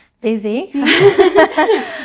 busy